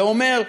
ואומר,